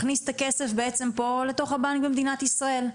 מכניס את הכסף פה לתוך הבנק במדינת ישראל,